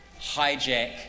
hijack